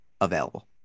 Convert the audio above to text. available